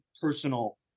personal